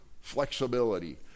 flexibility